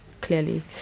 clearly